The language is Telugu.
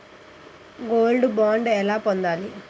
గోల్డ్ బాండ్ ఎలా పొందాలి?